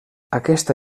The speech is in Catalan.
aquesta